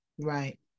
right